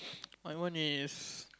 my one is